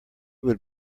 would